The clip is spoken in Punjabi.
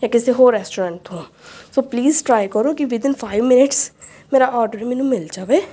ਜਾਂ ਕਿਸੇ ਹੋਰ ਰੈਸਟੋਰੈਂਟ ਤੋਂ ਸੋ ਪਲੀਜ਼ ਟਰਾਈ ਕਰੋ ਕਿ ਵਿਦਇਨ ਫਾਈਵ ਮਿਨਟਸ ਮੇਰਾ ਔਡਰ ਮੈਨੂੰ ਮਿਲ ਜਾਵੇ